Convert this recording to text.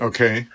Okay